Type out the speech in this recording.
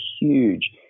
huge